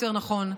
יותר נכון,